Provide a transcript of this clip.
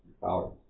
power